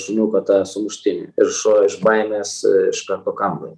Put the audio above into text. šuniuko tą sumuštinį ir šuo iš baimės iš karto kando